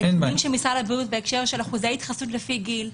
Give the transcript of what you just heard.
הנתונים של משרד הבריאות בהקשר של אחוזי התחסנות לפי גיל.